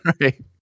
Right